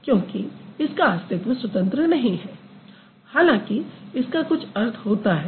क्योंकि इसका अस्तित्व स्वतंत्र नहीं है हालांकि इसका कुछ अर्थ होता है